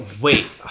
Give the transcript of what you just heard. wait